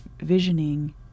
visioning